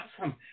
awesome